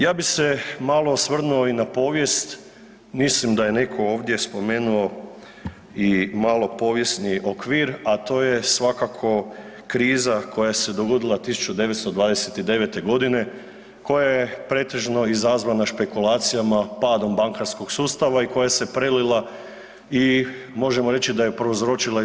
Ja bih se malo osvrnuo i na povijest, mislim da je netko ovdje spomenuo i malo povijesni okvir, a to je svakako kriza koja se dogodila 1929. godine koja je pretežno izazvana špekulacijama padom bankarskog sustava i koja se prelila i možemo reći da je prouzročila i II.